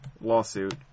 lawsuit